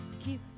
keep